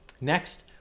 Next